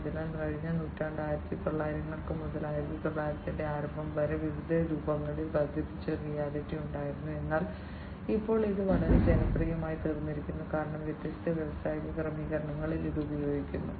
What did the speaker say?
അതിനാൽ കഴിഞ്ഞ നൂറ്റാണ്ട് 1900 മുതൽ 1900 ന്റെ ആരംഭം വരെ വിവിധ രൂപങ്ങളിൽ വർദ്ധിപ്പിച്ച റിയാലിറ്റി ഉണ്ടായിരുന്നു എന്നാൽ ഇപ്പോൾ ഇത് വളരെ ജനപ്രിയമായിത്തീർന്നു കാരണം വ്യത്യസ്ത വ്യവസായ ക്രമീകരണങ്ങളിൽ ഇത് ഉപയോഗിക്കുന്നു